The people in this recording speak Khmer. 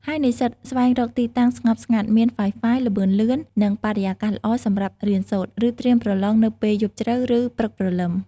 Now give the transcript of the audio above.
ហើយនិស្សិត ស្វែងរកទីតាំងស្ងប់ស្ងាត់ មាន Wi-Fi ល្បឿនលឿន និងបរិយាកាសល្អសម្រាប់រៀនសូត្រ ឬត្រៀមប្រឡងនៅពេលយប់ជ្រៅ ឬព្រឹកព្រលឹម។